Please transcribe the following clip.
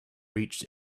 reached